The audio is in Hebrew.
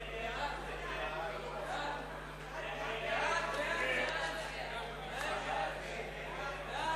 ההצעה להסיר מסדר-היום את הצעת חוק האנטומיה והפתולוגיה (תיקון,